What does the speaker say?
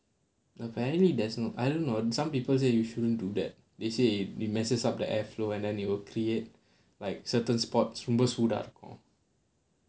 apparently there's no~ I don't know some people say you shouldn't do that they say if it messes up the airflow and then it will create like certain spots ரொம்ப சூடா இருக்கும்:romba soodaa irukkum